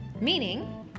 Meaning